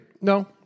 No